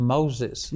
Moses